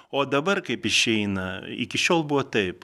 o dabar kaip išeina iki šiol buvo taip